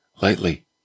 lightly